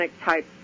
type